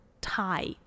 tie